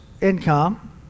income